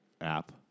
app